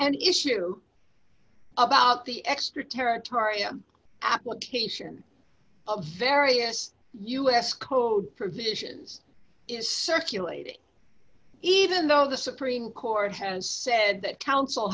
an issue about the extraterritorial application of various us code provisions is circulated even though the supreme court has said that coun